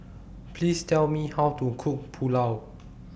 Please Tell Me How to Cook Pulao